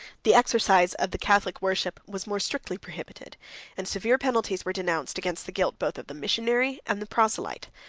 the exercise of the catholic worship was more strictly prohibited and severe penalties were denounced against the guilt both of the missionary and the proselyte.